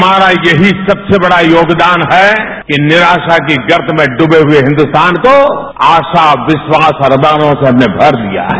हमारा सबसे बड़ा यही योगदान है कि निराशा के गर्त में ढूबे हुए हिन्दुस्तान को आशा विश्वास से हमने भर दिया है